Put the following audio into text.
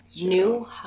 New